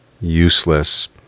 useless